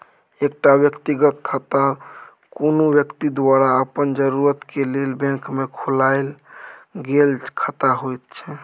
एकटा व्यक्तिगत खाता कुनु व्यक्ति द्वारा अपन जरूरत के लेल बैंक में खोलायल गेल खाता होइत छै